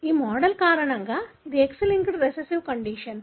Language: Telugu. ఈ మోడల్ కారణంగా ఇది X లింక్డ్ రిసెసివ్ కండిషన్